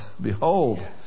behold